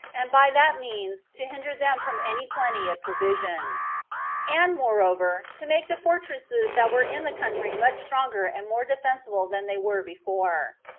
and by that means to hinder them from any plenty of provisions and moreover, to make the fortresses that were in the country much stronger and more defensible than they were before.